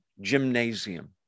gymnasium